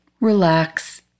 relax